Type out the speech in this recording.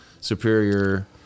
superior